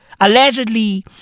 Allegedly